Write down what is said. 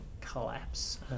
collapse